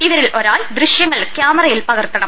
ഇവരിലൊരാൾ ദൃശ്യങ്ങൾ ക്യാമറയിൽ പകർത്ത ണം